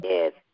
Yes